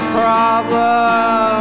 problem